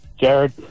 Jared